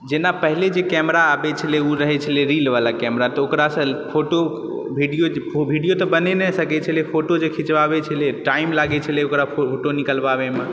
जेना पहिले जे केमरा आबैत छलय ओ रहैत छलय रीलबला केमरा तऽ ओकरासँ फोटो भीडियो भीडियो तऽ बनि नहि सकैत छलय फोटो जे खीचबाबैत छलय टाइम लागैत छलय ओकरा फोटो निकलबाबयमे